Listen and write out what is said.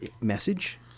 message